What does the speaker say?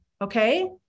Okay